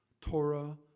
Torah